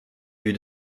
vue